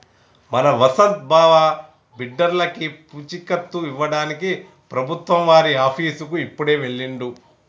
మా వసంత్ బావ బిడ్డర్లకి పూచీకత్తు ఇవ్వడానికి ప్రభుత్వం వారి ఆఫీసుకి ఇప్పుడే వెళ్ళిండు